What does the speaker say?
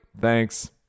thanks